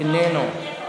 איננו.